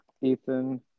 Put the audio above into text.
Ethan